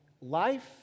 life